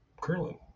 Curling